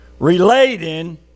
Relating